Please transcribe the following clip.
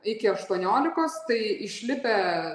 iki aštuoniolikos tai išlipę